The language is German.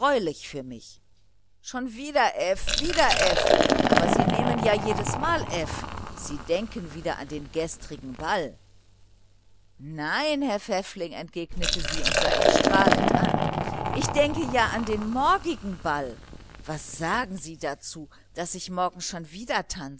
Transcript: für mich schon wieder f wieder f aber sie nehmen ja jedesmal f sie denken wieder an den gestrigen ball nein herr pfäffling entgegnete sie und sah ihn strahlend an ich denke ja an den morgigen ball was sagen sie dazu daß ich morgen schon wieder tanze